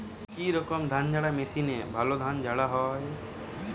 কি রকম ধানঝাড়া মেশিনে ভালো ধান ঝাড়া হয়?